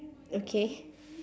okay